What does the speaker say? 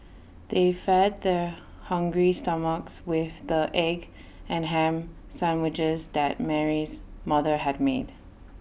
they fed their hungry stomachs with the egg and Ham Sandwiches that Mary's mother had made